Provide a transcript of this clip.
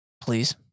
Please